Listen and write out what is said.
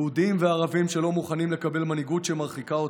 יהודים וערבים שלא מוכנים לקבל מנהיגות שמרחיקה אותם,